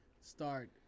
start